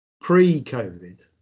Pre-COVID